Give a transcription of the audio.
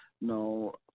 no